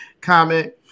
comment